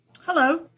Hello